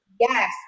Yes